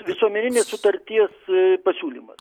visuomeninės sutarties pasiūlymas